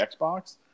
Xbox